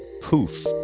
poof